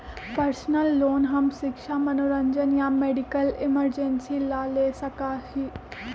personal loan हम शिक्षा मनोरंजन या मेडिकल इमरजेंसी ला ले सका ही